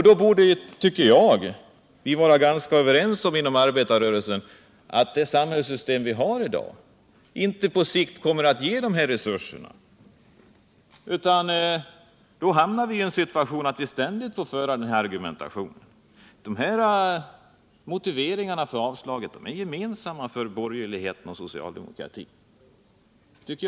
Då borde vi inom arbetarrörelsen vara ganska överens om att det samhällssystem vi har i dag på sikt inte kommer att ge de här resurserna, och då hamnar vi i den situationen att vi måste föra denna diskussion. Motiveringarna för avslag är gemensamma för borgerligheten och socialdemokratin.